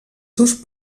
seus